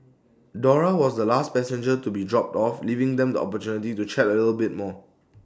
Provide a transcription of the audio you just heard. Dora was the last passenger to be dropped off leaving them the opportunity to chat A little bit more